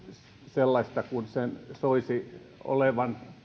sellaista kuin sen soisi olevan